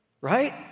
right